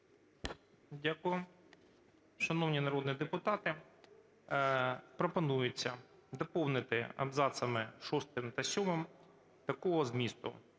Дякую. Шановні народні депутати, пропонується доповнити абзацами 6 та 7 такого змісту: